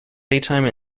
daytime